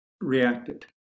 reacted